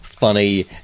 funny